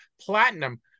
platinum